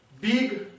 big